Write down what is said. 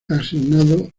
asignado